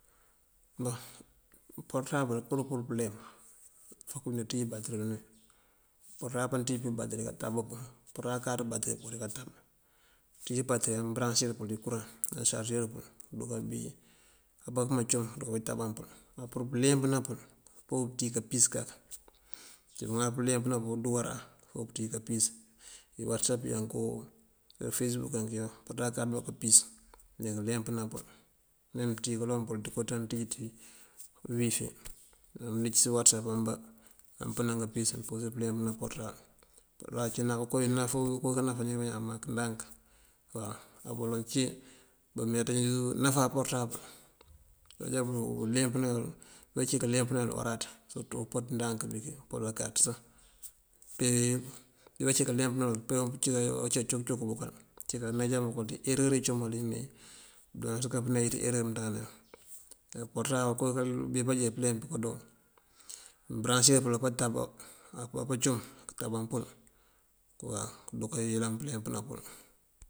Pëëmporëtabël pur purëëmpëleemp fok pëënţíij batëri, porëtabël pánţíij pí batëri káantábëpun porëtabël káaţ batëri pokoo díká táb. Pánţíij batëri, amëëmbëraŋësir du kúraŋ pëëtáb, këësarësir pël aampáakëëm acum, këëruka tamban pël. Pur pëëleempëna pël fok pëënţíij káampis kak, uncí pëëleempëna, kundúwáaráan, fok këënţíij káampis dí watësap yanku, ná facebook yanku, pëëndáakan pëëpis já kúuleempëna pël. Uler memţíij kaloŋ pël ţënkoţáan ţíij ţí uwifi, amëëníngës watësap ambá amëëmpënan káampis mëmpúrir pëëleempëna porëtabël. Porëtabël ací koowí kánáfu koowí kánáfánin bañaan mak ndank. Á baloŋ cí bámeeţ bëëkí náfá porëtabël. Abunjá leempënandul, abáncí káaleempënandul uwaráaţ surëtú umpaţ ndank bëënkí, umpaţ báakáaţ sá. Mee bancí kooleempënawël pee abací kooleempënawël peenkacok cookan bëkël, ací kaaneej ţí erëër dí cumal imee bëjooţ káapëëneej dí erëër mëënţandáne. Porëtabël koowí bibaajee pëëleemp kado; mëëmbëraŋësir pël apaancum këëntábaŋ pël këëndu kayëlan pëëleempëna pël.